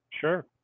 sure